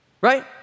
right